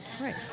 Right